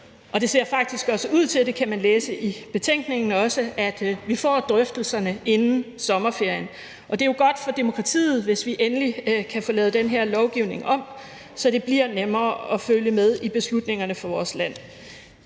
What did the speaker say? i betænkningen – at vi får drøftelserne inden sommerferien. Og det er jo godt for demokratiet, hvis vi endelig kan få lavet den her lovgivning om, så det bliver nemmere at følge med i beslutningerne for vores land.